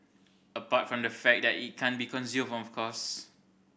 apart from the fact that it can't be consumed of course